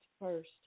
first